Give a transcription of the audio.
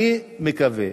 אני מקווה